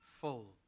full